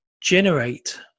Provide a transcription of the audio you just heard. generate